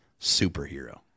superhero